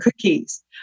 cookies